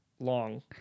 long